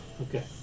Okay